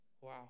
Wow